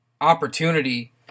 opportunity